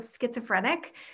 schizophrenic